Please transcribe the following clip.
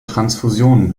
transfusionen